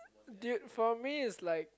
dude for me is like